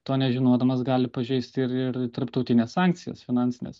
to nežinodamas gali pažeisti ir ir tarptautines sankcijas finansines